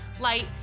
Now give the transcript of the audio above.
light